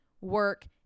work